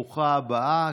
ברוכה הבאה.